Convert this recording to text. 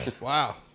Wow